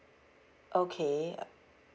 okay uh